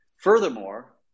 Furthermore